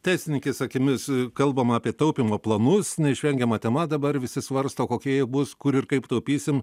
teisininkės akimis kalbam apie taupymo planus neišvengiama tema dabar visi svarsto kokia jie bus kur ir kaip taupysim